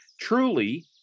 truly